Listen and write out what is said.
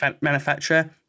manufacturer